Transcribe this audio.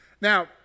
Now